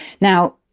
Now